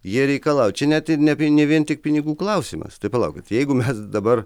jie reikalauja čia net ne vien tik pinigų klausimas tai palaukit jeigu mes dabar